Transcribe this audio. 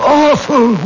awful